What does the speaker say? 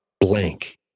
blank